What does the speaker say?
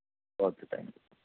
okay thank you